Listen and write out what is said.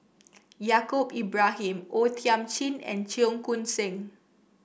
Yaacob Ibrahim O Thiam Chin and Cheong Koon Seng